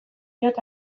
diot